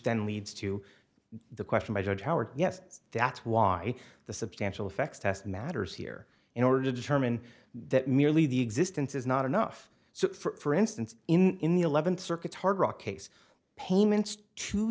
then leads to the question by judge howard yes that's why the substantial effects test matters here in order to determine that merely the existence is not enough so for instance in the eleventh circuit hard rock case payments to